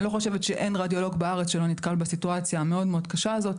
אני חושבת שאין רדיולוג בארץ שלא נתקל בסיטואציה המאוד-מאוד קשה הזאת